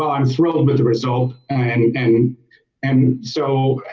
ah i'm thrilled with the result and and and so,